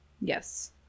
Yes